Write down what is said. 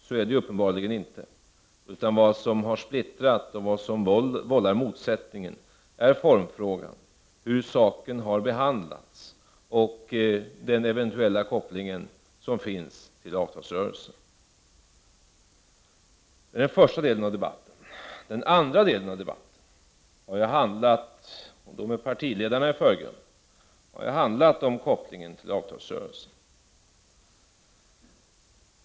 Så är det uppenbarligen inte, utan vad som har splittrat och vållat motsättningar är formfrågan, hur saken har behandlats och den eventuella koppling som finns till avtalsrörelsen. Den andra delen av debatten har förts med partiledarna i förgrunden, och den har handlat om kopplingen till avtalsrörelsen.